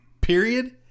Period